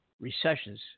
recessions